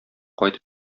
кайтып